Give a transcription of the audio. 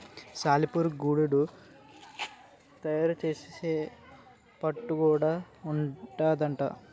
సాలెపురుగు గూడడు తయారు సేసే పట్టు గూడా ఉంటాదట